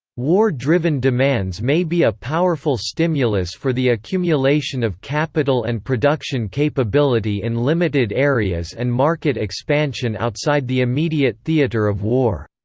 war driven demands may be a powerful stimulus for the accumulation of capital and production capability in limited areas and market expansion outside the immediate theatre of war.